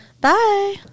Bye